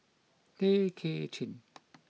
Tay Kay Chin